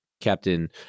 captain